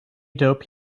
dope